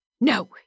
No